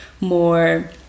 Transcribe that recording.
more